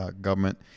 government